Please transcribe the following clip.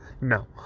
no